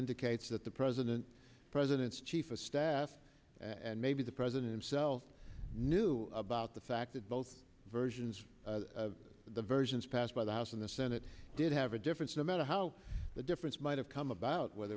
indicates that the president president's chief of staff and maybe the president himself knew about the fact that both versions the very passed by the house and the senate did have a difference no matter how the difference might have come about whether